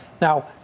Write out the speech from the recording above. Now